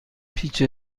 پیچ